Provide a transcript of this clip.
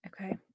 Okay